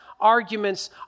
arguments